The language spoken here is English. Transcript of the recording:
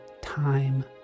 time